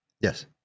Yes